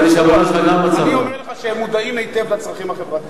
אני אומר לך שהם מודעים היטב לצרכים החברתיים.